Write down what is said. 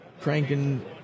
cranking